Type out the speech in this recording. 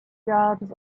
jobs